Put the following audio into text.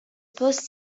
poste